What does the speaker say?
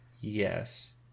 Yes